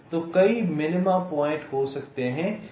तो कई minima point हो सकते हैं